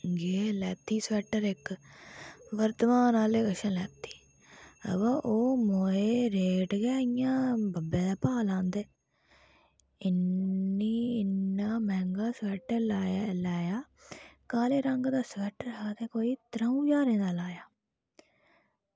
जियां लैती स्वेटर इक्क वर्धमान आह्लें कोला ओह् असें दुहार आह्ले कशा लैती ते ओह् मोए रेट गै इंया बब्बै भाऽ लांदे इन्नी इन्ना मैहंगा स्वेटर लाया काले रंग दा स्वेटर हा ते कोई त्र'ऊं ज्हारें दा लाया